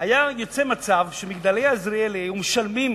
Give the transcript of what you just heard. היה יוצא מצב ש"מגדלי עזריאלי" היו משלמים